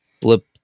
blip